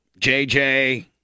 JJ